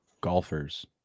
golfers